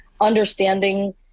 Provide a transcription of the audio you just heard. understanding